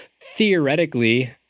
theoretically